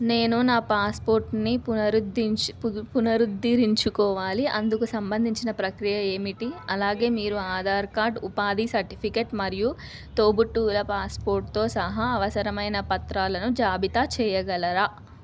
నేను నా పాస్పోర్ట్ని పునరుధించు పుధు పునరుద్ధరించుకోవాలి అందుకు సంబంధించిన ప్రక్రియ ఏమిటి అలాగే మీరు ఆధార్ కార్డ్ ఉపాధి సర్టిఫికేట్ మరియు తోబుట్టువుల పాస్పోర్ట్తో సహా అవసరమైన పత్రాలను జాబితా చేయగలరా